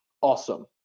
awesome